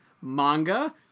manga